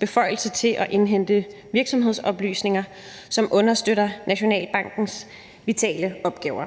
beføjelser til at indhente virksomhedsoplysninger, som understøtter Nationalbankens vitale opgaver.